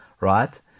right